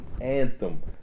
anthem